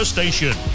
Station